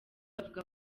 bavuga